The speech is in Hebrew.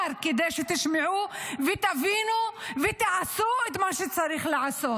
כדי שתשמעו ותבינו ותעשו את מה שצריך לעשות.